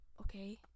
Okay